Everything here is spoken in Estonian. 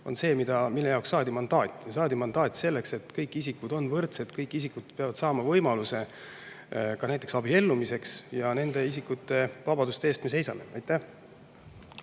on see, mille jaoks saadi mandaat. Saadi mandaat selleks, et kõik isikud on võrdsed, kõik isikud peavad saama võimaluse näiteks abiellumiseks ja nende isikute vabaduste eest me seisame. Aitäh!